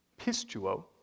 pistuo